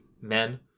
men